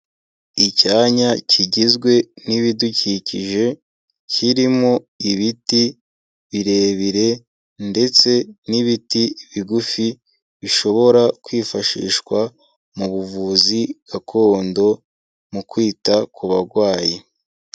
Icyanya kigizwe n'ibidukikije kirimo ibiti birebire ndetse n'ibiti bigufi, bishobora kwifashishwa mu buvuzi gakondo mu kwita ku barwayi.